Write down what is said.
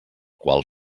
qual